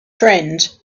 friend